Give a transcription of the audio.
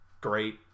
Great